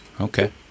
Okay